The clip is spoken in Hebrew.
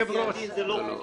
ולהרוג על פי הדין זה לא חוקי,